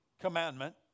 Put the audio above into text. commandment